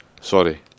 Sorry